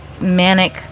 manic